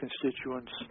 constituents